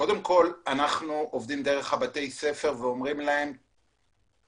אנחנו עובדים דרך בתי הספר ואומרים להם על זה.